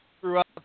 throughout